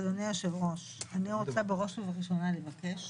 אדוני היושב-ראש, אני רוצה בראש ובראשונה לבקש